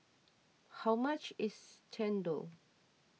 how much is Chendol